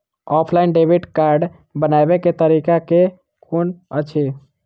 Offline credit card बनाबै केँ तरीका केँ कुन अछि?